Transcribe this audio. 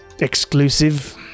exclusive